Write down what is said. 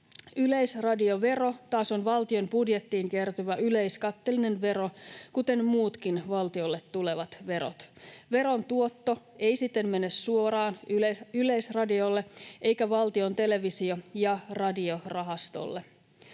Yleisradiovero taas on valtion budjettiin kertyvä yleiskatteellinen vero kuten muutkin valtiolle tulevat verot. Veron tuotto ei siten mene suoraan Yleisradiolle eikä Valtion televisio‑ ja radiorahastolle.